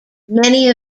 many